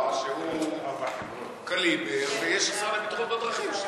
התחבורה, שהוא קליבר, ויש השר לבטיחות בדרכים,